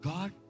God